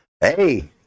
Hey